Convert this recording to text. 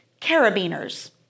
Carabiners